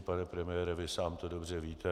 Pane premiére, vy sám to dobře víte.